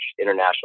international